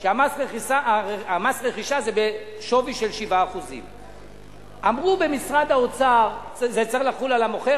ומס הרכישה הוא בשווי של 7%. אמרו במשרד האוצר: זה צריך לחול על המוכר.